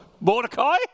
Mordecai